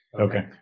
Okay